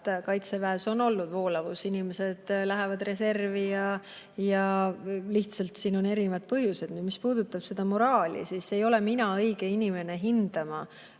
kaitseväes on olnud voolavus, inimesed lähevad reservi, aga sellel on erinevad põhjused. Mis puudutab moraali, siis ei ole mina õige inimene hindama